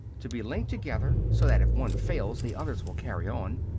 to be linked together so that if one fails the others will carry on.